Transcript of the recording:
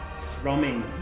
thrumming